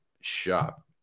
shop